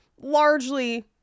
largely